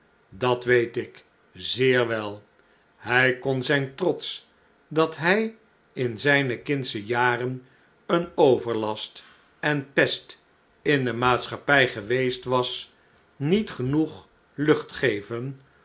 dat weet ik zeer wel hij kon zijn trots dat hi in zijne kindsche jaren een overlast en pest in de maatschappij gewesst was niet genoeg lucht geven